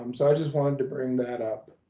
um so i just wanted to bring that up.